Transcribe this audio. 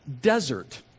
desert